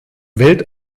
wird